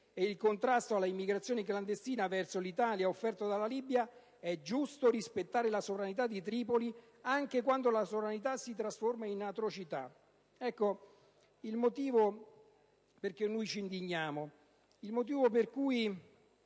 e il contrasto all'immigrazione clandestina verso l'Italia offerto dalla Libia, fosse giusto rispettare la sovranità di Tripoli, anche quando la sovranità si trasforma in atrocità. Ecco il motivo per cui ci indigniamo. Noi